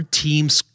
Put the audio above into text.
team's